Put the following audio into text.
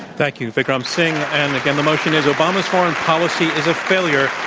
thank you. vikram singh and again, the motion is obama's foreign policy is a failure.